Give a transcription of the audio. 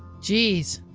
geez.